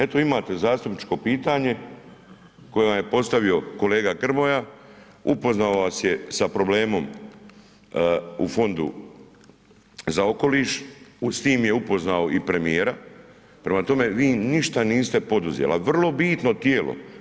Eto imate zastupničko pitanje koje vam je postavio kolega Grmoja, upoznao vas je sa problemom u Fondu za okoliš, s tim je upoznao i premijera, prema tome vi ništa niste poduzeli, a vrlo bitno tijelo.